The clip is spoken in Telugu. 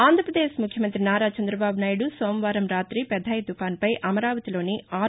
ఆంధ్రాపదేశ్ ముఖ్యమంత్రి నారా చంద్రబాబు నాయుడు సోమవారం రాతి పెథాయ్ తుఫానుపై అమరావతిలోని ఆర్